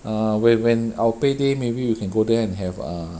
uh when when our payday maybe you can go there and have uh